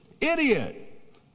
idiot